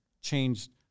changed